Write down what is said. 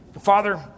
Father